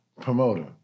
promoter